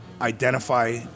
identify